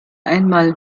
einmal